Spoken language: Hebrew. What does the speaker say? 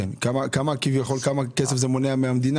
כן, כביכול כמה רווח זה מונע מהמדינה?